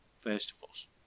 festivals